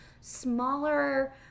smaller